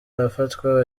arafatwa